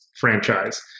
franchise